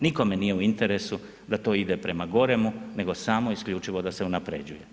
Nikome nije u interesu da to ide prema goremu nego samo isključivo da se unapređuje.